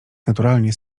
naturalnie